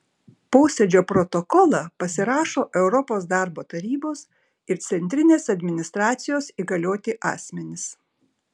posėdžio protokolą pasirašo europos darbo tarybos ir centrinės administracijos įgalioti asmenys